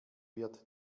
wird